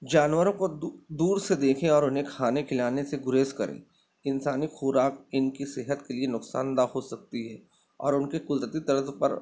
جانوروں کو دور سے دیکھیں اور انہیں کھانے کھلانے سے گریز کریں انسانی خوراک ان کی صحت کے لیے نقصان دہ ہو سکتی ہے اور ان کے قدرتی طرز پر